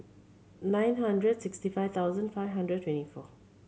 nine hundred sixty five thousand five hundred twenty four